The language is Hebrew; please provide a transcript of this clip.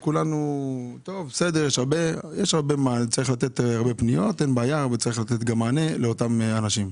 יש הרבה פניות אבל צריך לתת מענה לאותם אנשים.